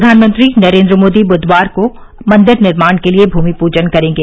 प्रधानमंत्री नरेन्द्र मोदी बुधवार को मंदिर निर्माण के लिए भूमि प्रजन करेंगे